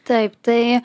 taip tai